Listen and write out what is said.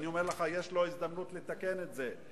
יש לו הזדמנות לתקן את זה,